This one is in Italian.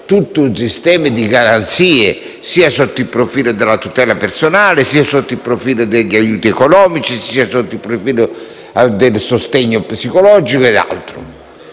con un sistema di garanzie sia sotto il profilo della tutela personale sia sotto il profilo degli aiuti economici sia sotto il profilo del sostegno psicologico e altro